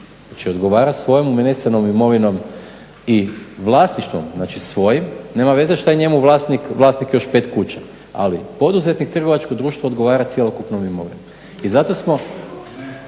znači odgovara svojom unesenom imovinom i vlasništvom svojim. Nema veze što je njemu vlasnik još 5 kuća ali poduzetnik trgovačkog društva odgovara cjelokupnom imovinom. I zato smo,